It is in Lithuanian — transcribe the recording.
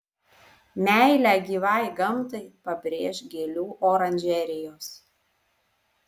meilę gyvai gamtai pabrėš gėlių oranžerijos